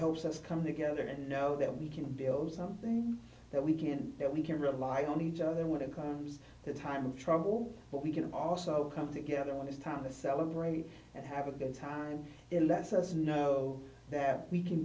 helps us come together and know that we can build something that we can that we can rely on each other when it comes the time of trouble but we can also come together in this town to celebrate and have a good time in lets us know that we can